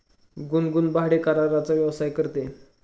गुनगुन भाडेकराराचा व्यवसाय करते